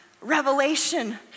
revelation